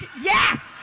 Yes